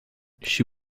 she